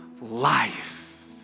life